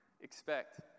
expect